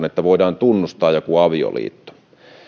että voidaan tunnustaa joku avioliitto